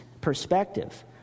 perspective